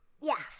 yes